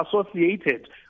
associated